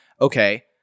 okay